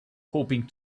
hoping